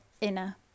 inner